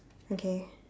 okay